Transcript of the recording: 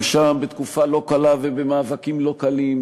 גם שם בתקופה לא קלה ובמאבקים לא קלים,